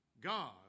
God